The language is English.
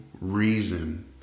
reason